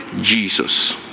Jesus